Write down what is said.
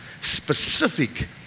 specific